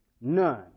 None